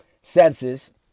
senses